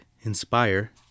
inspire